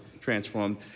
transformed